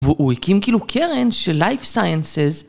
והוא הקים כאילו קרן של life sciences